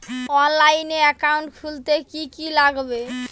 অনলাইনে একাউন্ট খুলতে কি কি লাগবে?